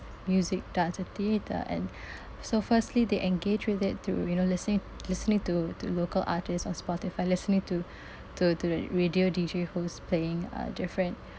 music dance and theatre and so firstly they engage with it through you know listening listening to to local artist or Spotify listening to to to the radio D_J who's playing uh different